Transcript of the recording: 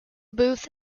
booth